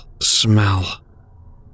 smell